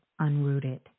unrooted